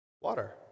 Water